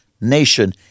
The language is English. nation